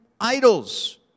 idols